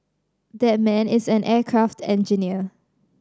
that man is an aircraft engineer